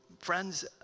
Friends